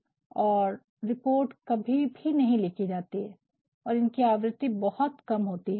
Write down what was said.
और और रिपोर्ट कभी भी नहीं लिखी जाती है और इनकी आवृत्ति बहुत कम होती है